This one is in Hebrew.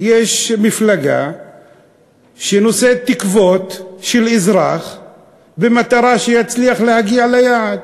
יש מפלגה שנושאת תקוות של האזרח במטרה שיצליח להגיע ליעד.